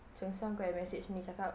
cheng san go and message me cakap